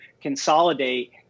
consolidate